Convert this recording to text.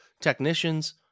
technicians